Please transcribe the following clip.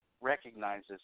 Recognizes